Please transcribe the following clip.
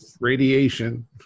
radiation